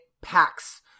packs